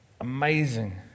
amazing